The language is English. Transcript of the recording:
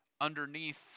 underneath